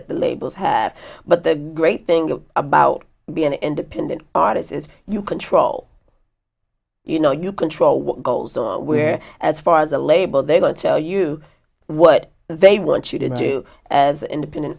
the labels have but the great thing about being an independent artist is you control you know you control what goes on where as far as a label they will tell you what they want you to do as independent